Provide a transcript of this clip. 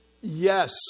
Yes